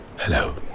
Hello